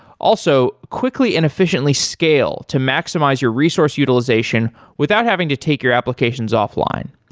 also, quickly and efficiently scale to maximize your resource utilization without having to take your applications offline.